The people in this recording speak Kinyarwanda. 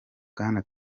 bwana